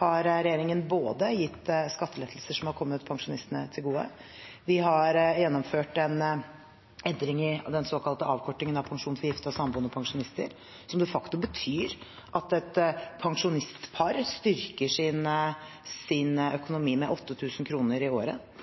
har regjeringen gitt skattelettelser som har kommet pensjonistene til gode, og vi har gjennomført en endring av den såkalte avkortingen for gifte og samboende pensjonister som de facto betyr at et pensjonistpar styrker sin økonomi med 8 000 kr i året.